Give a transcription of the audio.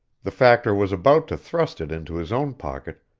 the factor was about to thrust it into his own pocket,